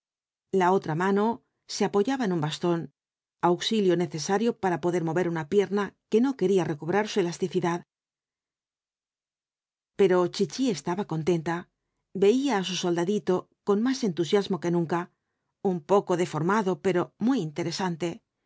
la otra mano se apoyaba en un bastón auxilio necesario para poder mover una pierna que no quería recobrar su elasticidad pero chichi estaba contenta veía á su soldadito con más entusiasmo que nunca un poco deformado pera muy interesante